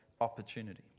opportunity